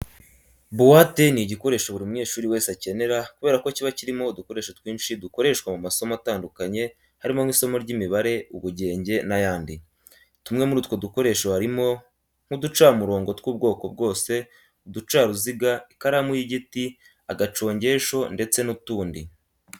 Buwate ni igikoresho buri munyeshuri wese akenera kubera ko kiba kirimo udukoresho twinshi dukoreshwa mu masomo atandukanye harimo nk'isomo ry'imibare, ubugenge n'ayandi. Tumwe muri utwo dukoresho harimo nk'uducamurongo tw'ubwoko bwose, uducaruziga, ikaramu y'igiti, akacongesho ndetse n'utundi.